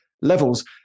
levels